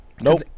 Nope